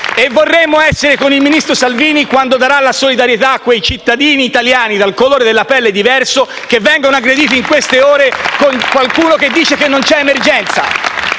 E vorremmo essere con il ministro Salvini quando darà la solidarietà a quei cittadini italiani dal colore della pelle diverso che vengono aggrediti in queste ore con qualcuno che dice che non c'è emergenza.